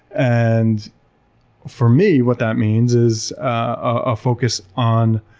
and for me, what that means is a focus on